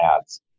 ads